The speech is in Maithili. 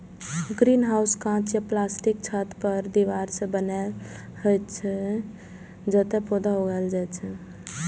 ग्रीनहाउस कांच या प्लास्टिकक छत आ दीवार सं बनल होइ छै, जतय पौधा उगायल जाइ छै